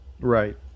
Right